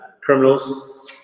criminals